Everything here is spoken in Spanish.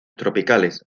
tropicales